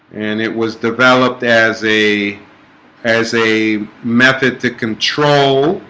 and it was developed as a as a method to control